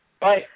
Bye